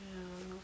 ya lor